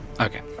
Okay